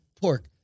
pork